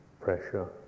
pressure